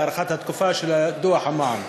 להארכת התקופה של דוח המע"מ.